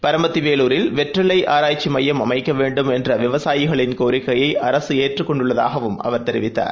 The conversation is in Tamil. பரமத்திவேலூரில் வெற்றிலைஆராய்ச்சிமையம் என்றவிவசாயிகளின் கோரிக்கையை அரசுஏற்றுக் கொண்டுள்ளதாகவும் அவர் தெரிவித்தார்